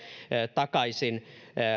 takaisin